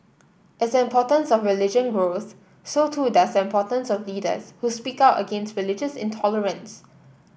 as the importance of religion grows so too does the importance of leaders who speak out against religious intolerance